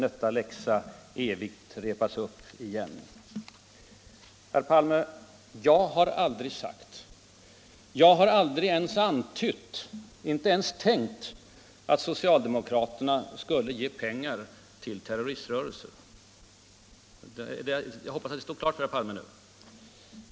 Herr Palme! Jag har aldrig sagt, jag har aldrig ens antytt, inte ens tänkt att socialdemokraterna skulle ge pengar till terroriströrelser. Jag hoppas att det står klart för herr Palme nu.